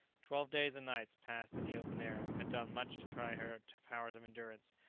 twelve days and nights, passed in the open air, had done much to try her powers of endurance,